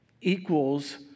equals